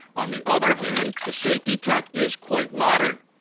on the other hand, the safety tech is quite modern.